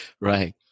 Right